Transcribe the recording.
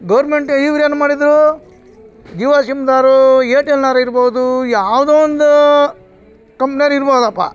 government ಇವ್ರು ಏನು ಮಾಡಿದರೂ ಜಿಯೋ ಸಿಮ್ದಾರು ಏರ್ಟೆಲ್ನೋರ್ ಇರ್ಬೋದು ಯಾವುದೋ ಒಂದು ಕಂಪ್ನಿಯೋರ್ ಇರ್ಬೋದಪ್ಪ